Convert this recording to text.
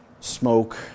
smoke